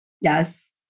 Yes